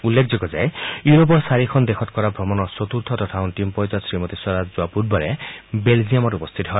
উল্লেখযোগ্য যে ইউৰোপৰ চাৰিখন দেশত কৰা ভ্ৰমণৰ চতুৰ্থ তথা অন্তিম পৰ্যায়ত শ্ৰীমতী স্বৰাজ যোৱা বুধবাৰে বেলজিয়ামত উপস্থিত হয়